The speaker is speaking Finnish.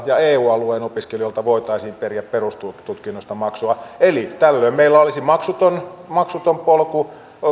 ja eu alueen opiskelijoilta voitaisiin periä perustutkinnosta maksua eli tällöin meillä olisi maksuton maksuton polku